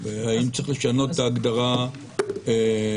האם צריך לשנות את ההגדרה --- בחוק.